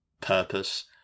purpose